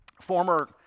former